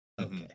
Okay